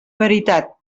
veritat